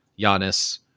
Giannis